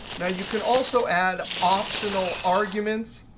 now you can also add optional arguments.